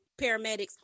paramedics